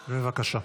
בבקשה,